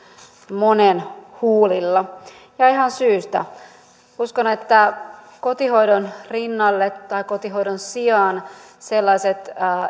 monen huulilla ja ihan syystä uskon että kotihoidon rinnalle tai kotihoidon sijaan sellaisille